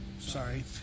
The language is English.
Sorry